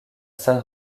san